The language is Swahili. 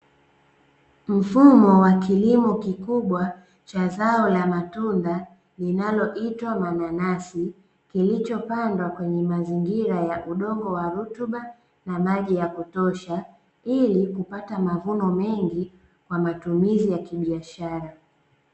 Mfumo wa kilimo kikubwa cha zao la matunda linaloitwa mananasi, kilichopandwa kwenye mazingira ya udongo wa rutuba na maji yakutosha ili kupata mavuno mengi kwa matumizi ya kibiashara.